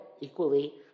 equally